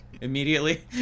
Immediately